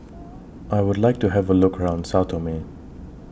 I Would like to Have A Look around Sao Tome